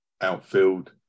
outfield